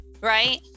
Right